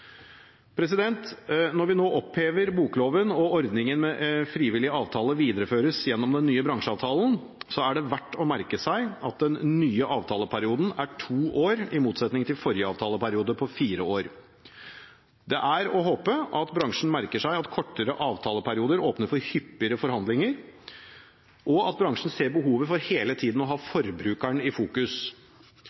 Når vi nå opphever bokloven, og ordningen med frivillig avtale videreføres gjennom den nye bransjeavtalen, er det verdt å merke seg at den nye avtaleperioden er to år, i motsetning til forrige avtaleperiode på fire år. Det er å håpe at bransjen merker seg at kortere avtaleperioder åpner for hyppigere forhandlinger, og at bransjen ser behovet for hele tiden å ha forbrukeren i fokus.